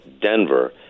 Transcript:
Denver